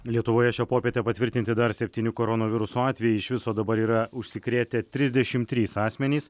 lietuvoje šią popietę patvirtinti dar septyni koronaviruso atvejai iš viso dabar yra užsikrėtę trisdešim trys asmenys